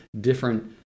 different